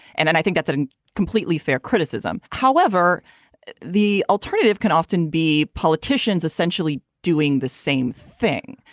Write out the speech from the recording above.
and then i think that's a completely fair criticism. however the alternative can often be politicians essentially doing the same thing.